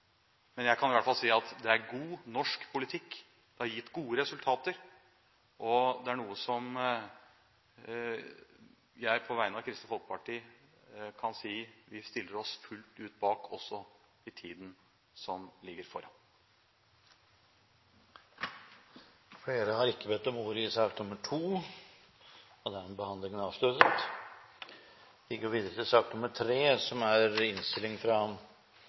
men jeg kan i hvert fall si at det er god, norsk politikk – det har gitt gode resultater – og det er noe som jeg på vegne av Kristelig Folkeparti kan si at vi stiller oss fullt ut bak også i tiden som ligger foran oss. Flere har ikke bedt om ordet til sak nr. 2. Stortinget har nå grundig debattert behovet for norsk innsats når det gjelder globale helsespørsmål. Det forslaget som